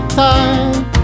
time